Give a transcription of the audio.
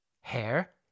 Hair